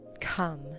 Come